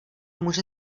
může